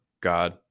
god